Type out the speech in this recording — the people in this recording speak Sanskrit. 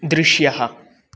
दृश्यः